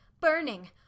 burning